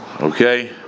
Okay